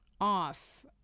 off